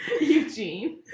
Eugene